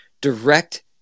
direct